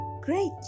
great